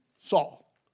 Saul